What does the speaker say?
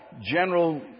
general